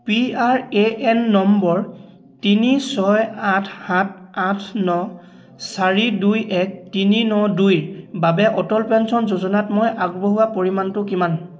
P R A N নম্বৰ তিনি ছয় আঠ সাত আঠ ন চাৰি দুই এক তিনি ন দুইৰ বাবে অটল পেঞ্চন যোজনাত মই আগবঢ়োৱা পৰিমাণটো কিমান